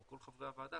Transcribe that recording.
או כל חברי הוועדה,